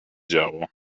działo